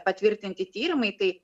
patvirtinti tyrimai tai